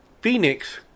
Phoenix